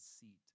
seat